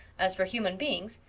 as for human beings,